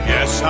Yes